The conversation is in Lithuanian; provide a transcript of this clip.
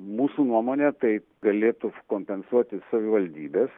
mūsų nuomone tai galėtų kompensuoti savivaldybės